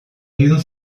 egin